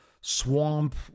swamp